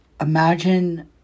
Imagine